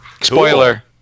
Spoiler